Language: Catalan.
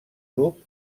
grup